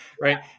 right